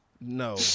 no